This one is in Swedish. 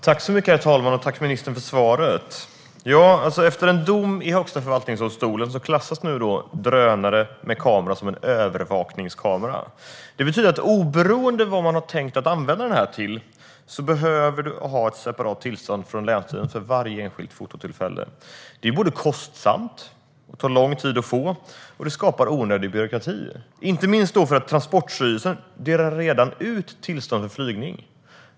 Herr talman! Tack för svaret, ministern! Efter en dom i Högsta förvaltningsdomstolen klassas en drönare med kamera som en övervakningskamera. Det betyder att oberoende av vad man har tänkt att använda den till behöver man ha ett separat tillstånd från länsstyrelsen för varje enskilt fototillfälle. Det är kostsamt och tar lång tid att få, och det skapar onödig byråkrati. Det gäller inte minst för att Transportstyrelsen redan delar ut tillstånd för flygning.